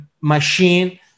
machine